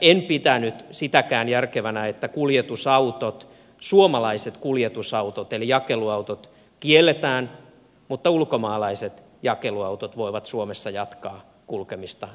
en pitänyt sitäkään järkevänä että suomalaiset kuljetusautot eli jakeluautot kielletään mutta ulkomaalaiset jakeluautot voivat suomessa jatkaa kulkemista samalla tavalla